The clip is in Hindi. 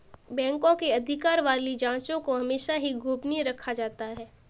बैंकों के अधिकार वाली जांचों को हमेशा ही गोपनीय रखा जाता है